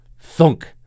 Thunk